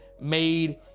made